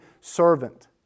servant